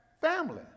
family